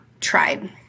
tried